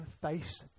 face